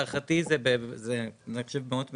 להערכתי זה מאות מיליונים,